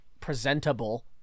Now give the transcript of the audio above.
presentable